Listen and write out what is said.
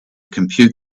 compute